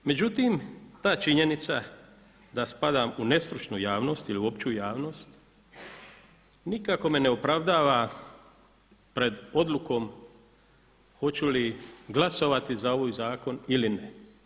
Međutim, ta činjenica da spadam u nestručnu javnost ili u opću javnost nikako me ne opravdava pred odlukom hoću li glasovati za ovaj zakon ili ne.